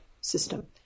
system